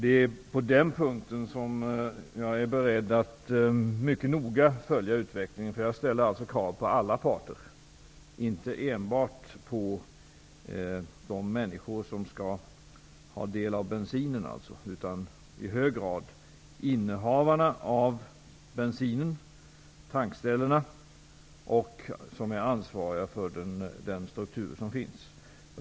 Det är på den punkten jag är beredd att mycket noga följa utvecklingen. Jag ställer alltså krav på alla parter, inte enbart på de människor som skall ha del av bensinen, utan i hög grad på innehavarna av bensinen och tankställena och över huvud taget alla som är ansvariga för den struktur som finns.